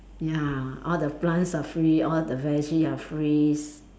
ya all the plants are free all the veggie are free s~